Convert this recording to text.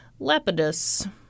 Lapidus